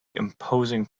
imposing